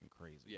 crazy